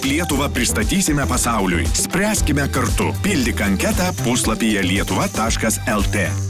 lietuvą pristatysime pasauliui spręskime kartu pildyk anketą puslapyje lietuva taškas lt